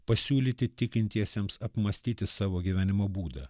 pasiūlyti tikintiesiems apmąstyti savo gyvenimo būdą